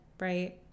right